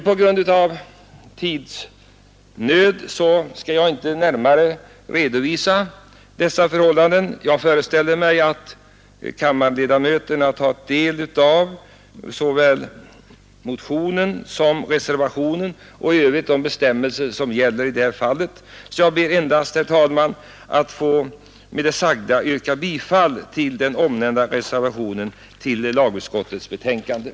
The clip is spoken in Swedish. På grund av kammarens tidsnöd skall jag inte närmare redovisa dessa förhållanden. Jag föreställer mig att kammarledamöterna har tagit del av såväl motionen som reservationen och i övrigt de bestämmelser som gäller i detta fall. Jag ber därför, herr talman, att med det sagda få yrka bifall till den vid betänkandet fogade reservationen.